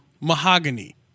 Mahogany